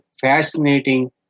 fascinating